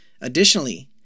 Additionally